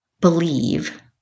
believe